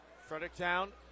Fredericktown